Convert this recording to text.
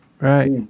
right